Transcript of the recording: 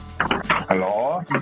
Hello